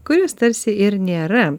kuris tarsi ir nėra